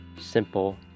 simple